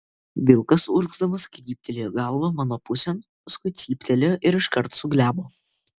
vilkas urgzdamas kryptelėjo galvą mano pusėn paskui cyptelėjo ir iškart suglebo